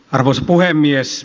arvoisa puhemies